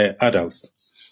adults